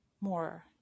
more